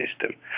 system